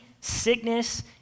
sickness